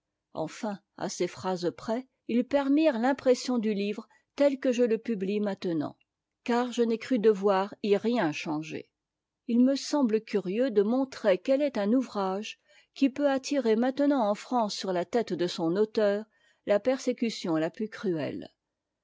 enfin à ces phrases près ils permirent l'impression du livre tel que je le publie maintenant car je n'ai cru devoir y rien changer il me semble curieux de montrer quel est un ouvrage qui peut attirer maintenant en france sur la tête de son auteur la persécution la plus cruelle